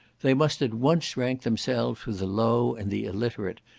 they must at once rank themselves with the low and the illiterate,